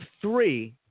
three